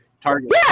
target